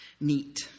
neat